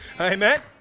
Amen